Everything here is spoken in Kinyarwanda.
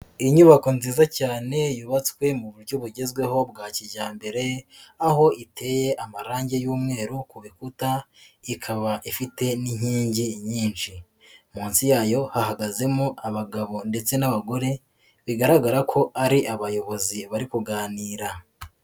Inyubako nziza cyane yubatswe mu buryo bugezweho bwa kijyambere, aho iteye amarange y'umweru ku bikuta, ikaba ifite n'inkingi nyinshi, munsi yayo hahagazemo abagabo ndetse n'abagore bigaragara ko ari abayobozi bari kuganira.